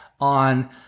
on